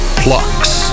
plucks